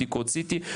בדיקות CT,